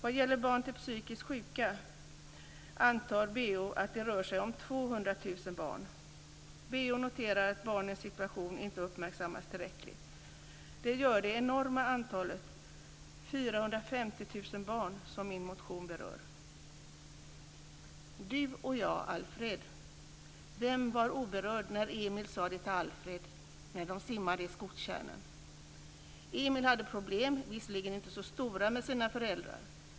Vad gäller barn till psykiskt sjuka antar BO att det rör sig om 200 000 barn. BO noterar att barnens situation inte uppmärksammas tillräckligt. Det gör det enorma antalet 450 000 barn, som min motion berör. Du och jag, Alfred! Vem var oberörd när Emil sade det till Alfred när de simmade i skogstjärnen? Emil hade problem, visserligen inte så stora, med sina föräldrar.